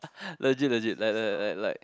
legit legit like like like like like